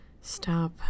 stop